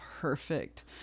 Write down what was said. perfect